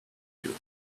you